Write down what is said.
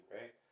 right